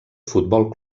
futbol